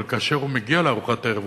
אבל כשהוא מגיע לארוחת הערב,